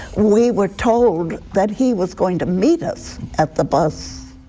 we were told that he was going to meet us at the bus